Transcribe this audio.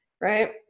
right